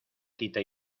quita